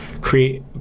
create